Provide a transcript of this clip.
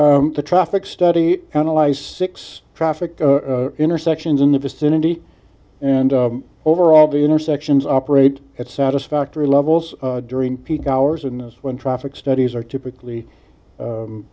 now the traffic study analyze six traffic intersections in the vicinity and overall the intersections operate at satisfactory levels during peak hours and is when traffic studies are typically